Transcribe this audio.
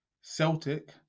Celtic